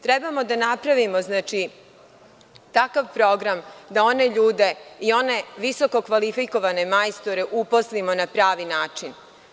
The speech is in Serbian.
Trebamo da napravimo takav program da one ljude i one visokokvalifikovane majstore uposlimo na pravi način.